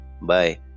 Bye